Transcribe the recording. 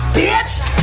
bitch